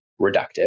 reductive